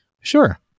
Sure